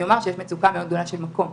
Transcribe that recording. אומר שיש מצוקה מאוד גדולה של מקום